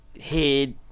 Head